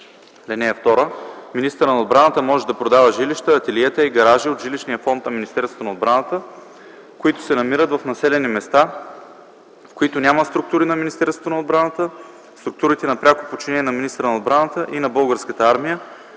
„(2) Министърът на отбраната може да продава жилища, ателиета и гаражи от жилищния фонд на Министерството на отбраната, които се намират в населени места, в които няма структури на Министерството на отбраната, структурите на пряко подчинение на министъра на отбраната и на Българската армия,